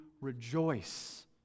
rejoice